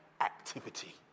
activity